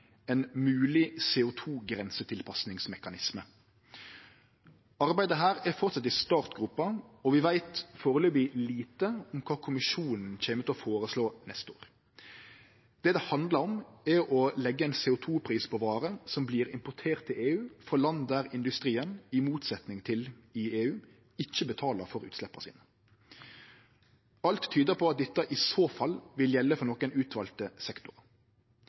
ein mogleg CO 2 -grensetilpassingsmekanisme. Arbeidet her er framleis i startgropa, og vi veit foreløpig lite om kva Kommisjonen kjem til å føreslå neste år. Det det handlar om, er å leggje ein CO 2 -pris på varer som vert importerte til EU frå land der industrien – i motsetning til i EU – ikkje betaler for utsleppa sine. Alt tyder på at dette i så fall vil gjelde for nokre utvalde sektorar.